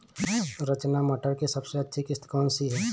रचना मटर की सबसे अच्छी किश्त कौन सी है?